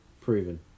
proven